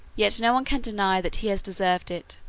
yet no one can deny that he has deserved it.